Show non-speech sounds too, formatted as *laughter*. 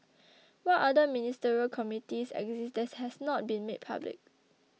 *noise* what other ministerial committees exist that has not been made public